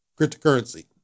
cryptocurrency